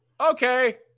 okay